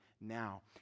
now